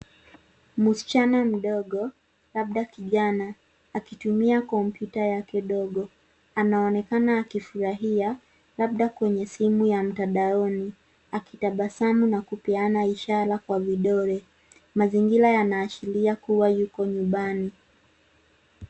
Msichana mdogo, labda kijana akitumia kompyuta yake dogo, anaonekana akifurahia labda kwenye simu ya mtandaoni. Akitabasamu na kupeana ishara kwa vidole. Mazingira yanaashiria kuwa yuko nyumbani.